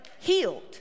healed